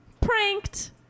pranked